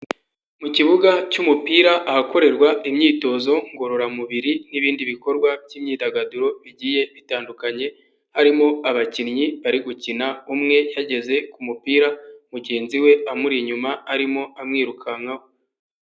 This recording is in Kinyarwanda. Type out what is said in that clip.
Mu kibuga cy'umupira ahakorerwa imyitozo ngororamubiri n'ibindi bikorwa by'imyidagaduro bigiye bitandukanye harimo abakinnyi bari gukina, umwe yageze ku mupira mugenzi we amuri inyuma arimo amwirukankaho.